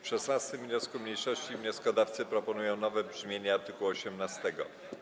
W 16. wniosku mniejszości wnioskodawcy proponują nowe brzmienie art. 18.